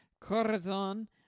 Corazon